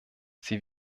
sie